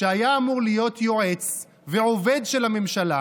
שהיה אמור להיות יועץ ועובד של הממשלה